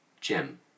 Jim